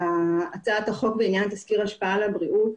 הצעת החוק בעניין תסקיר השפעה על הבריאות.